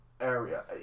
area